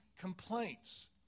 complaints